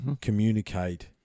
Communicate